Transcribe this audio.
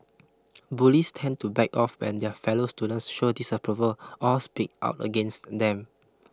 bullies tend to back off when their fellow students show disapproval or speak out against them